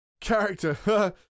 Character